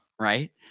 right